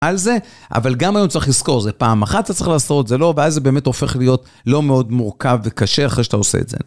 על זה, אבל גם היום צריך לזכור, זה פעם אחת אתה צריך לעשות, זה לא הבעיה, זה באמת הופך להיות לא מאוד מורכב וקשה אחרי שאתה עושה את זה.